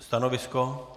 Stanovisko?